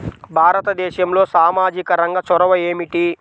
భారతదేశంలో సామాజిక రంగ చొరవ ఏమిటి?